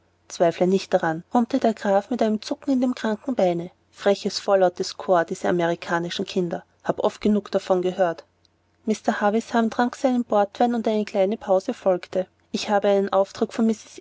zweifle nicht daran brummte der graf mit einem zucken in dem kranken beine freches vorlautes volk diese amerikanischen kinder habe oft genug davon gehört mr havisham trank seinen portwein und eine kleine pause folgte ich habe einen auftrag von mrs